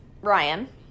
Ryan